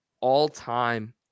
all-time